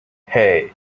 hey